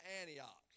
Antioch